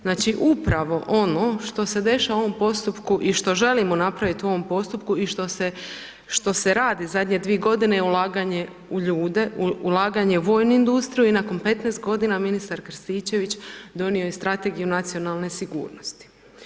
Znači, upravo ono što se dešava u ovom postupku i što želimo napravit u ovom postupku i što se radi zadnje dvije godine je ulaganje u ljude, ulaganje u vojnu industriju i nakon 15 godina ministar Krstičević donio je strategiju nacionalne sigurnosti.